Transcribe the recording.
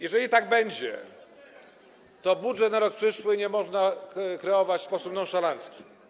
Jeżeli tak będzie, to budżetu na rok przyszły nie można kreować w sposób nonszalancki.